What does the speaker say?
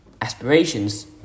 aspirations